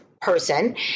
person